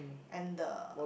and the